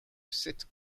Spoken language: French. sept